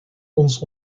ons